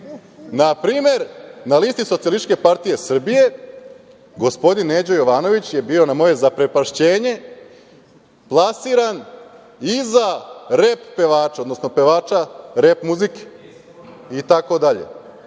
Na primer, na listi Socijalističke partije Srbije gospodin Neđo Jovanović je bio, na moje zaprepašćenje, plasiran iza rep pevača, odnosno pevača rep muzike. To pokazuje